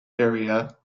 area